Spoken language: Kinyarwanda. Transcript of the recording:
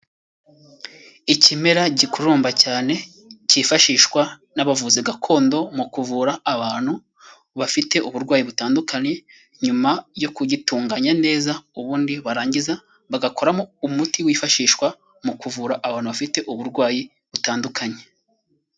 Ikimera gikurumba cyane cyifashishwa n'abavuzi gakondo mu kuvura abantu bafite uburwayi butandukanye nyuma yo kugitunganya neza ubundi barangiza bagakoramo umuti wifashishwa mu kuvura abantu bafite uburwayi butandukanye.